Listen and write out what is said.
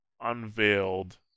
unveiled